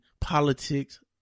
politics